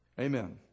Amen